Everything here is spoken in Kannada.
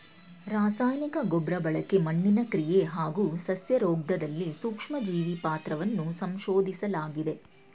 ರಾಸಾಯನಿಕ ಗೊಬ್ರಬಳಕೆ ಮಣ್ಣಿನ ಕ್ರಿಯೆ ಹಾಗೂ ಸಸ್ಯರೋಗ್ದಲ್ಲಿ ಸೂಕ್ಷ್ಮಜೀವಿ ಪಾತ್ರವನ್ನ ಸಂಶೋದಿಸ್ಲಾಗಿದೆ